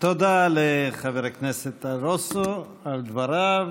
תודה לחבר הכנסת טל רוסו על דבריו.